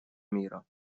мира